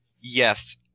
Yes